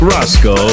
Roscoe